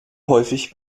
häufig